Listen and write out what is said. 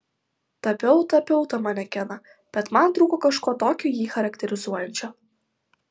tapiau tapiau tą manekeną bet man trūko kažko tokio jį charakterizuojančio